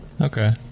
Okay